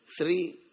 three